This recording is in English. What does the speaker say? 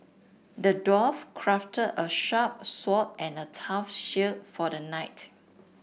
the dwarf crafted a sharp sword and a tough shield for the knight